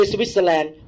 Switzerland